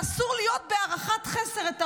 שאסור להיות בהערכת חסר של האויב.